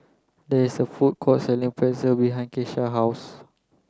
there is a food court selling Pretzel behind Keisha house